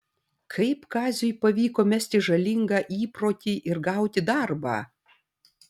kaip kaziui pavyko mesti žalingą įprotį ir gauti darbą